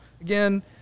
again